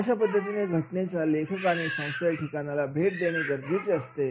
अशा पद्धतीने घटनेच्या लेखकाने संस्थेच्या ठिकाणाला भेट देणे गरजेचे असते